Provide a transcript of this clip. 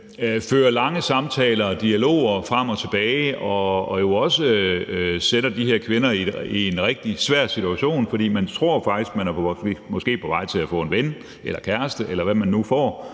fører lange samtaler og dialoger frem og tilbage og sætter også de her kvinder i en rigtig svær situation, fordi de faktisk tror, at de er på vej til at få en ven eller kæreste, eller hvad de nu får,